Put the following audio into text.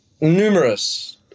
numerous